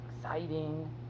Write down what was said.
exciting